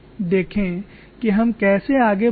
देखें कि हम कैसे आगे बढ़े हैं